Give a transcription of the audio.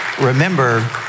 remember